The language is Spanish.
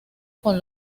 con